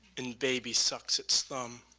and baby sucks its thumb.